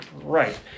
Right